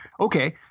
Okay